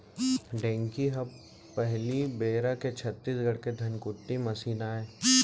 ढेंकी हर पहिली बेरा के छत्तीसगढ़ के धनकुट्टी मसीन आय